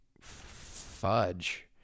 fudge